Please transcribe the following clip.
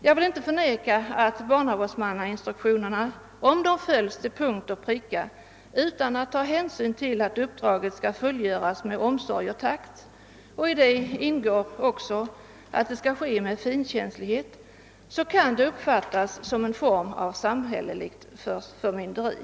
Jag vill inte förneka att barnavårdsmannainstruktionerna, om de följs till punkt och pricka utan att hänsyn tages till att uppdraget skall fullgöras med omsorg, takt och finkänslighet, kan uppfattas som en form av samhällets förmynderi.